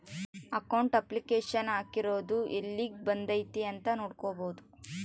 account application ಹಾಕಿರೊದು ಯೆಲ್ಲಿಗ್ ಬಂದೈತೀ ಅಂತ ನೋಡ್ಬೊದು